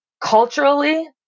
culturally